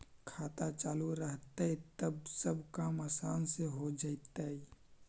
खाता चालु रहतैय तब सब काम आसान से हो जैतैय?